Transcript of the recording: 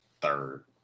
third